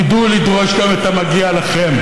תדעו לדרוש גם את המגיע לכם.